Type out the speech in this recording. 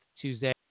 Tuesday